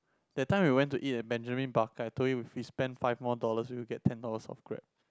that time we went to eat at Benjamin-Barker I told you if we spend five more dollars we will get ten dollars off Grab